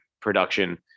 Production